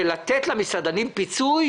לתת למסעדנים פיצוי?